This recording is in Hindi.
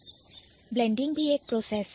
Blending भी एक process है